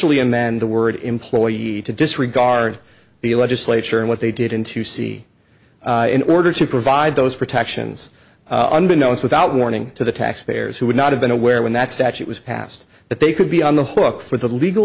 ially amend the word employee to disregard the legislature and what they did into see in order to provide those protections under notes without warning to the taxpayers who would not have been aware when that statute was passed that they could be on the hook for the legal